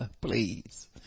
Please